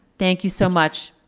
thank you so much.